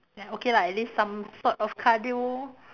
ya okay lah at least some sort of cardio